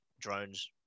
drones